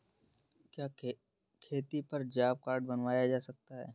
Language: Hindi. क्या खेती पर जॉब कार्ड बनवाया जा सकता है?